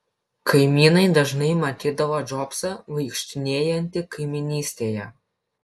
kaimynai dažnai matydavo džobsą vaikštinėjantį kaimynystėje